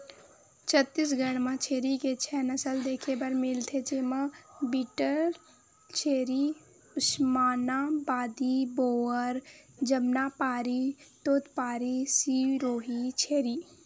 छत्तीसगढ़ म छेरी के छै नसल देखे बर मिलथे, जेमा बीटलछेरी, उस्मानाबादी, बोअर, जमनापारी, तोतपारी, सिरोही छेरी